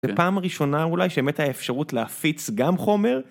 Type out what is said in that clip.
זה פעם ראשונה אולי שבאמת היה אפשרות להפיץ גם חומר.